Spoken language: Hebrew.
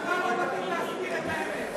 לך לא מתאים להסתיר את האמת,